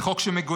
זה חוק שמעודד